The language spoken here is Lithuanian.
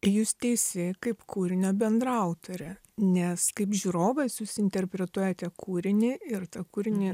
jūs teisi kaip kūrinio bendraautorė nes kaip žiūrovai susiinterpretuoja kūrinį ir tą kūrinį